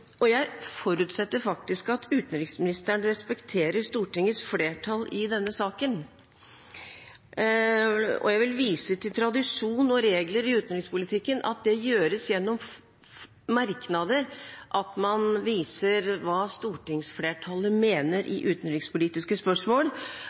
Jeg forutsetter at utenriksministeren respekterer stortingsflertallet i denne saken. Jeg vil vise til tradisjon og regler i utenrikspolitikken, at det er gjennom merknader man viser hva stortingsflertallet mener i utenrikspolitiske spørsmål,